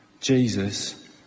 Jesus